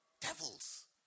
Devils